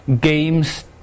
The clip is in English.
games